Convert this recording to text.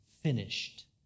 finished